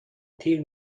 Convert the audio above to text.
تیر